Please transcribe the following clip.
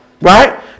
right